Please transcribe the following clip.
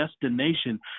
destination